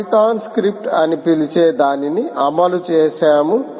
Python script అని పిలిచే దానిని అమలు చేశాము